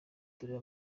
dore